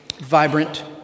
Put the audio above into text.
vibrant